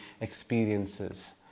experiences